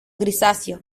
grisáceo